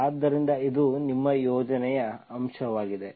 ಆದ್ದರಿಂದ ಇದು ನಿಮ್ಮ ಸಂಯೋಜನೆಯ ಅಂಶವಾಗಿದೆ